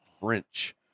French